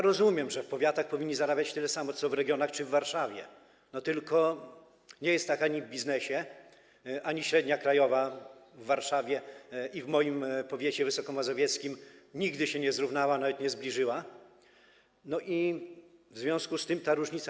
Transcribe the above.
Rozumiem, że w powiatach powinni zarabiać tyle samo, co w regionach czy w Warszawie, tylko nie jest tak ani w biznesie, ani średnia krajowa w Warszawie i w moim powiecie wysokomazowieckim nigdy się nie zrównała, nawet nie zbliżyła, w związku z tym jest ta różnica.